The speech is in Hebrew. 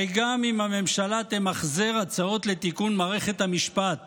הרי גם אם הממשלה תמחזר הצעות לתיקון מערכת המשפט